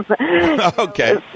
Okay